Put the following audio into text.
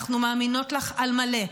אנחנו מאמינות לך על מלא,